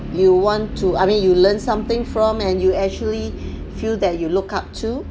you want to I mean you learn something from and you actually feel that you look up to